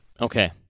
Okay